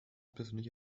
persönliche